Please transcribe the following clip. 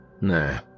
nah